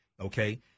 Okay